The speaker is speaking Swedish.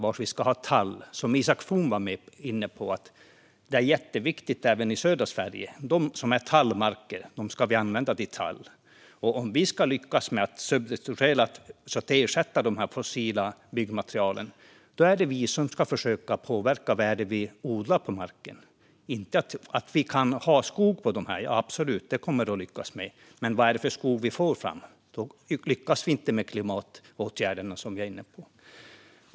Vi ska ha tall, som Isak From var inne på. Det är jätteviktigt även i södra Sverige. De marker som är tallmarker ska vi använda till tall. Om vi ska lyckas ersätta de fossila byggmaterialen måste vi försöka påverka vad vi odlar på marken. Det handlar inte om att vi inte skulle kunna ha skog på den - det kommer vi absolut att lyckas med - men vad är det för skog vi får fram? Detta är viktigt för att vi ska lyckas med de klimatåtgärder vi är inne på.